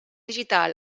digital